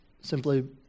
simply